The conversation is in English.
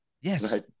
Yes